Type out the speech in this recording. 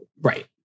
Right